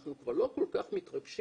אנחנו כבר לא כל כך מתרגשים